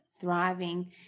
thriving